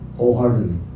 Wholeheartedly